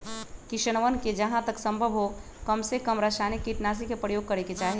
किसनवन के जहां तक संभव हो कमसेकम रसायनिक कीटनाशी के प्रयोग करे के चाहि